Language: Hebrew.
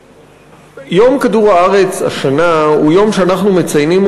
יום כדור-הארץ השנה הוא יום שאנחנו מציינים